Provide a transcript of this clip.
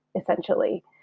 essentially